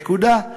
נקודה.